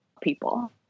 people